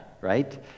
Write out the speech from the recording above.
right